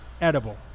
edible